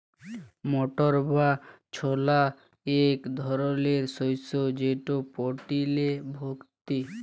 মটর বা ছলা ইক ধরলের শস্য যেট প্রটিলে ভত্তি